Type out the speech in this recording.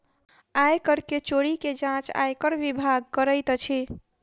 आय कर के चोरी के जांच आयकर विभाग करैत अछि